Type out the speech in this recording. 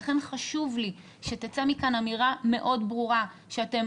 לכן חשוב לי שתצא מכאן אמירה מאוד ברורה שאתם